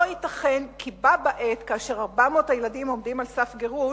לא ייתכן כי בה בעת ש-400 הילדים עומדים על סף גירוש,